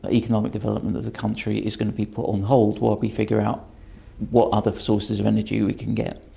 economic development of the country is going to be put on hold while we figure out what other sources of energy we can get.